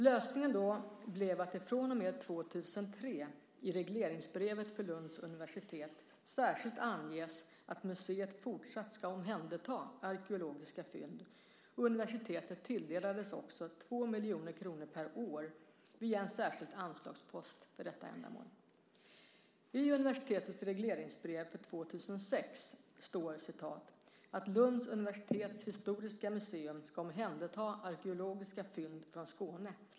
Lösningen blev att det från och med 2003 i regleringsbrevet för Lunds universitet särskilt anges att museet fortsatt ska omhänderta arkeologiska fynd, och universitetet tilldelades 2 miljoner kronor per år via en särskild anslagspost för detta ändamål. I universitetets regleringsbrev för 2006 står att "Lunds universitets historiska museum skall omhänderta arkeologiska fynd från Skåne".